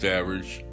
average